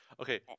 Okay